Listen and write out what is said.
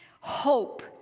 Hope